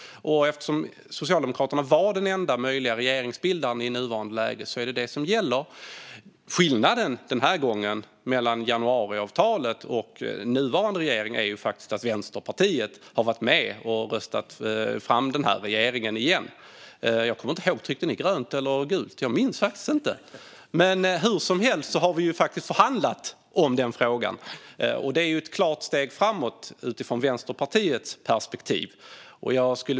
Eftersom Socialdemokraterna var den enda möjliga regeringsbildaren i nuvarande läge är det vad som gäller Skillnaden den här gången mellan med januariavtalet och med den nuvarande regeringen är att Vänsterpartiet har varit med och röstat fram den här regeringen igen. Jag kommer inte ihåg om ni tryckte grönt eller gult. Jag minns faktiskt inte. Hur som helst har vi förhandlat om den frågan. Det är ett klart steg framåt utifrån Vänsterpartiets perspektiv.